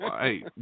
hey